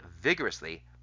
vigorously